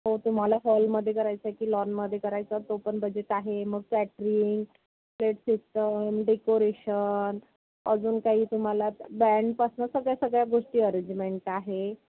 हो तुम्हाला हॉलमध्ये करायचं आहे की लॉनमध्ये करायचं तो पण बजेट आहे मग कॅटरींग प्लेट सिस्टम डेकोरेशन अजून काही तुम्हाला बँडपासनं सगळ्या सगळ्या गोष्टी अरेजमेंट आहे